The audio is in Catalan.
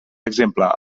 exemple